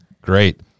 great